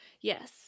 yes